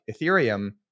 Ethereum